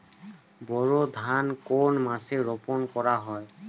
বোরো ধান কোন মাসে রোপণ করা হয়?